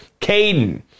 Caden